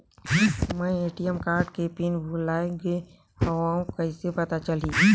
मैं ATM card के pin भुलाए गे हववं कइसे पता चलही?